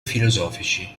filosofici